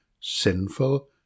sinful